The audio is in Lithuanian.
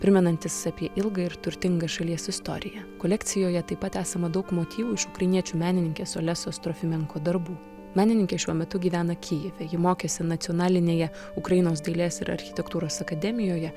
primenantis apie ilgą ir turtingą šalies istoriją kolekcijoje taip pat esama daug motyvų iš ukrainiečių menininkės odesos trofimenko darbų menininkė šiuo metu gyvena kijive ji mokėsi nacionalinėje ukrainos dailės ir architektūros akademijoje